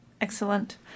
Excellent